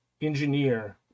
engineer